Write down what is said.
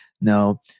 Now